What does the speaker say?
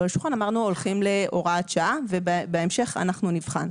על השולחן אמרנו שאנחנו הולכים להוראת שעה ובהמשך אנחנו נבחן.